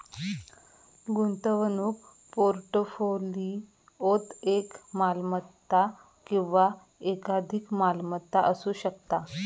गुंतवणूक पोर्टफोलिओत एक मालमत्ता किंवा एकाधिक मालमत्ता असू शकता